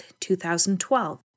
2012